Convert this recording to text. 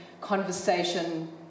conversation